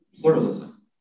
pluralism